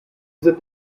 sind